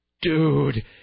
dude